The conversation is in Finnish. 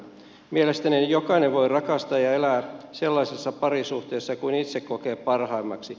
mielestäni jokainen voi rakastaa ja elää sellaisessa parisuhteessa kuin itse kokee parhaimmaksi